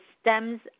stems